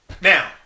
Now